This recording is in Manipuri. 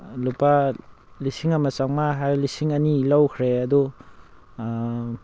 ꯂꯨꯄꯥ ꯂꯤꯁꯤꯡ ꯑꯃ ꯆꯥꯝꯃꯉꯥ ꯍꯥꯏꯔ ꯂꯤꯁꯤꯡ ꯑꯅꯤ ꯂꯧꯈ꯭ꯔꯦ ꯑꯗꯨ